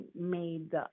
made